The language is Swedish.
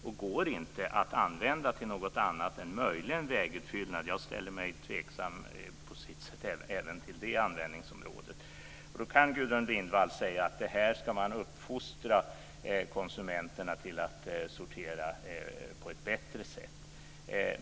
Den går inte att använda till annat än möjligen vägfyllnad. Jag ställer mig tveksam på sitt sätt även till det användningsområdet. Då kan Gudrun Lindvall säga att man ska uppfostra konsumenterna till att sortera på ett bättre sätt.